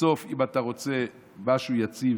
בסוף, אם אתה רוצה משהו יציב,